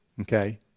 Okay